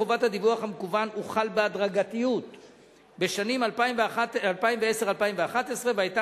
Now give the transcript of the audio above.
חובת הדיווח המקוון הוחלה בהדרגתיות בשנים 2011-2010 והיתה